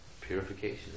Purification